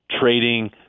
trading